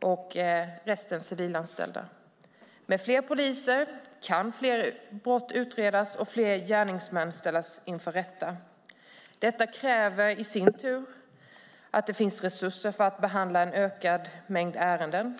och resten civilanställda. Med fler poliser kan fler brott utredas och fler gärningsmän ställas inför rätta. Detta kräver i sin tur att det finns resurser för att behandla en ökad mängd ärenden.